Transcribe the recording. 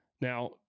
Now